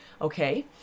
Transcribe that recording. okay